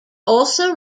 also